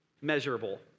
measurable